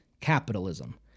capitalism